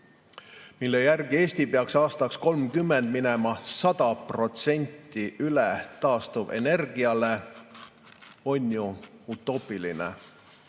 mille järgi Eesti peaks aastaks 2030 minema 100% üle taastuvenergiale, on ju utoopiline.